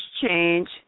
change